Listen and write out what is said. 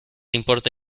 importe